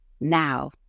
now